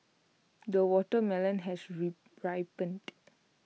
the watermelon has re ripened